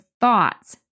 thoughts